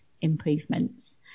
improvements